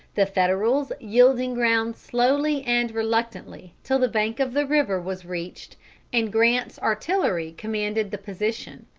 the federals yielding ground slowly and reluctantly till the bank of the river was reached and grant's artillery commanded the position.